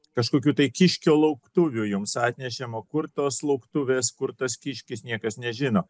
kažkokių tai kiškio lauktuvių jums atnešėm o kur tos lauktuvės kur tas kiškis niekas nežino